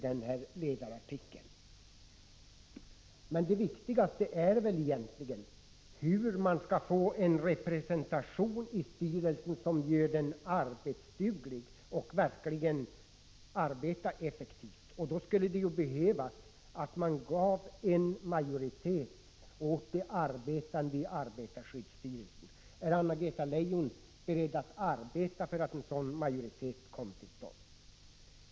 Det viktigaste är egentligen att få till stånd en representation som gör att styrelsen blir arbetsduglig och verkligen arbetar effektivt. För detta skulle behövas att de arbetande fick en majoritet i arbetarskyddsstyrelsens styrelse. 89 Är Anna-Greta Leijon beredd att arbeta för att en sådan majoritet kommer till stånd?